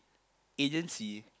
agency